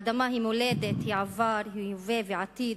האדמה היא מולדת, היא עבר, הווה ועתיד,